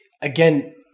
again